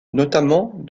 notamment